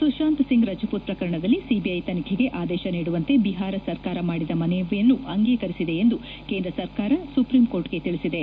ಸುಶಾಂತ್ ಸಿಂಗ್ ರಜಪೂತ್ ಪ್ರಕರಣದಲ್ಲಿ ಸಿಬಿಐ ತನಿಖೆಗೆ ಆದೇಶ ನೀಡುವಂತೆ ಬಿಹಾರ ಸರ್ಕಾರ ಮಾಡಿದ ಮನವಿಯನ್ನು ಅಂಗೀಕರಿಸಿದೆ ಎಂದು ಕೇಂದ್ರ ಸರ್ಕಾರ ಸುಪ್ರೀಂ ಕೋರ್ಟ್ಗೆ ತಿಳಿಸಿದೆ